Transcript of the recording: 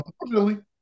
Unfortunately